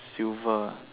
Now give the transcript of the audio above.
silver